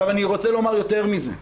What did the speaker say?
אני רוצה לומר יותר מזה.